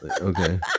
Okay